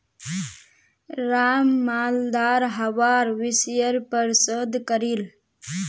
राम मालदार हवार विषयर् पर शोध करील